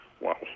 wow